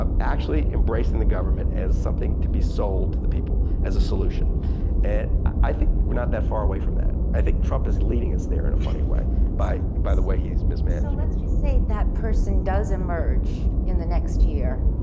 um actually embracing the government as something to be sold to the people as a solution and i think we're not that far away from that. i think trump is leading us there in a funny way by by the way he's mismanaging. so let's just say that person does emerge in the next year,